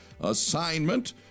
assignment